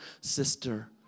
sister